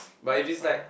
but if is like